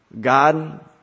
God